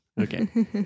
Okay